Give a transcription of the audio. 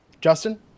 Justin